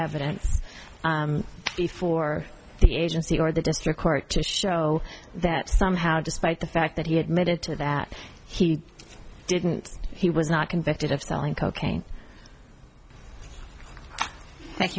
evidence before the agency or the district court to show that somehow despite the fact that he admitted to that he didn't he was not convicted of selling cocaine thank